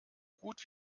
gut